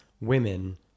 women